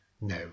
No